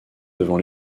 devant